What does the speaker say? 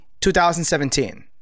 2017